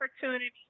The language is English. opportunity